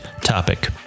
topic